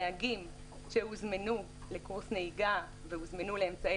נהגים שהוזמנו לקורס נהיגה והוזמנו לאמצעי